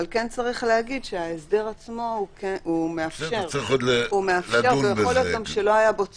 אבל יש לומר שההסדר עצמו מאפשר- -- שלא היה בו צורך,